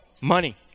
Money